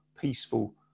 peaceful